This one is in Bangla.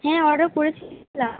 হ্যাঁ অর্ডার করেছিলাম